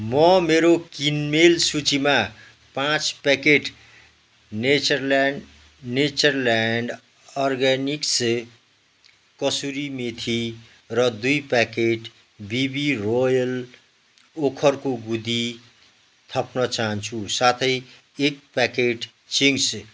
म मेरो किनमेल सूचीमा पाँच packet Natureland Natureland organics kasuri methi र दुई प्याकेट बिबी रोयल ओखरको गुदी थप्न चाहन्छु साथै एक प्याकेट चिङ्स